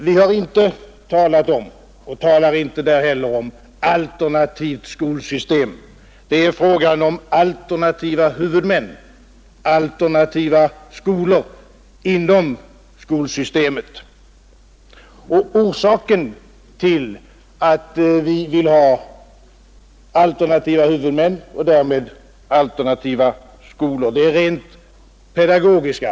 Vi har inte talat om i debatten och talar inte heller i reservationen om alternativt skolsystem. Det är fråga om alternativa huvudmän och alternativa skolor inom skolsystemet. Orsaken till att vi vill ha alternativa huvudmän och därmed alternativa skolor är rent pedagogisk.